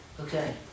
Okay